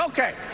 Okay